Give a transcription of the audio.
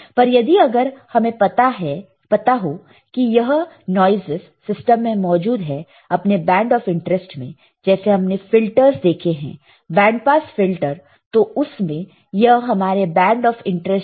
पर यदि अगर हमें पता हो की यह नॉइसस सिस्टम में मौजूद है अपने बैंड ऑफ इंटरेस्ट में जैसे हमने फिल्टर्स देखे हैं बैंड पास फिल्टर तो उसमें यह हमारा बैंड ऑफ इंटरेस्ट है